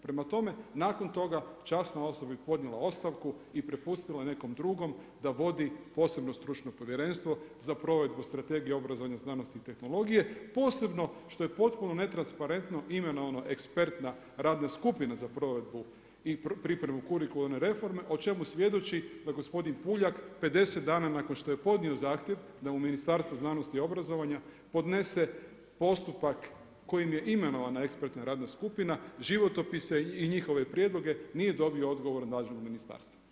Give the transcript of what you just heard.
Prema tome, nakon toga … je podnijela ostavku i prepustila nekom drugom da vodi posebno stručno povjerenstvo za provedbu Strategije obrazovanja, znanosti i tehnologije posebno što je potpuno netransparentno imenovana ekspertna radna skupina za provedbu i pripremu kurikularne reforme o čemu svjedoči da gospodin Puljak 50 dana nakon što je podnio zahtjev da mu Ministarstvo znanosti i obrazovanja podnese postupak kojim je imenovana ekspertna radna skupina životopise i njihove prijedloge nije dobio odgovor od nadležnog ministarstva.